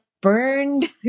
burned